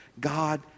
God